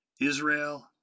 Israel